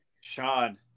Sean